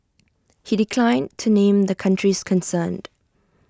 he declined to name the countries concerned